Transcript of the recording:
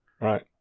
Right